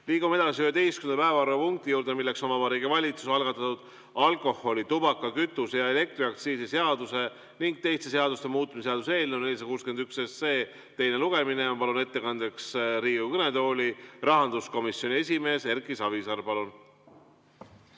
Liigume edasi 11. päevakorrapunkti juurde, milleks on Vabariigi Valitsuse algatatud alkoholi-, tubaka-, kütuse- ja elektriaktsiisi seaduse ning teiste seaduste muutmise seaduse eelnõu 461 teine lugemine. Ma palun ettekandeks Riigikogu kõnetooli rahanduskomisjoni esimehe Erki Savisaare.